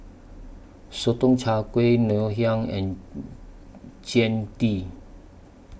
Sotong Char Kway Ngoh Hiang and Jian Dui